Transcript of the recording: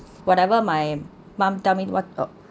whatever my mum tell me what